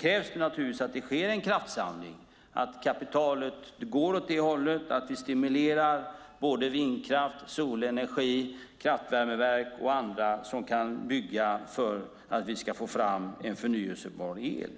krävs det naturligtvis att det sker en kraftsamling, att kapitalet går åt det hållet, att vi stimulerar vindkraft, solenergi, kraftvärmeverk och andra som kan bygga för att vi ska få fram förnybar el.